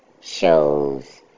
shows